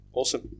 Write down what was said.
Awesome